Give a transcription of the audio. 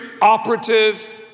operative